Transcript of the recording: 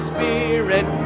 Spirit